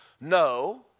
No